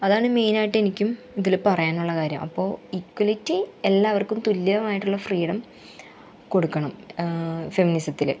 അതാണ് മെയ്നായിട്ട് എനിക്കും ഇതിൽ പറയാനുള്ള കാര്യം അപ്പോൾ ഇക്വലിറ്റി എല്ലാവർക്കും തുല്യമായിട്ടുള്ള ഫ്രീഡം കൊടുക്കണം ഫെമിനിസത്തിൽ